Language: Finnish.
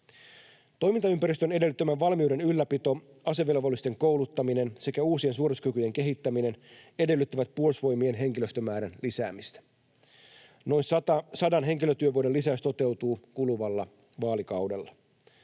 Toimintaympäristön edellyttämän valmiuden ylläpito, asevelvollisten kouluttaminen sekä uusien suorituskykyjen kehittäminen edellyttävät Puolustusvoimien henkilöstömäärän lisäämistä. Noin 100 henkilötyövuoden lisäys toteutuu kuluvalla vaalikaudella.